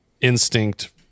instinct